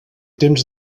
temps